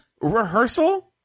rehearsal